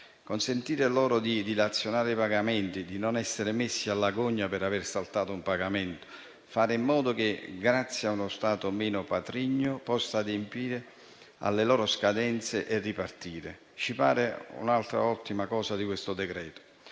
consentire, dunque, loro di dilazionare i pagamenti, di non essere messi alla gogna per aver saltato un pagamento; di fare in modo che, grazie a uno Stato meno patrigno, possano adempiere alle loro scadenze e ripartire. Questa ci pare un'altra ottima previsione di questo decreto.